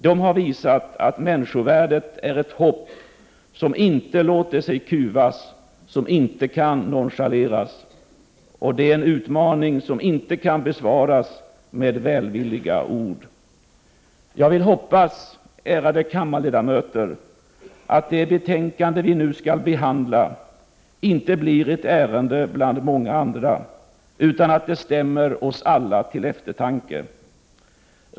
De har visat att människovärdet är ett hopp, som inte låter sig kuvas, som inte kan nonchaleras. Det är en utmaning, som inte kan besvaras med välvilliga ord. Jag vill hoppas, ärade kammarledamöter, att det betänkande som vi nu skall behandla inte blir ett ärende bland många andra, utan att det stämmer oss alla till eftertanke.